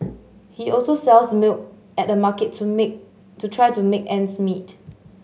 he also sells milk at the market to make to try to make ends meet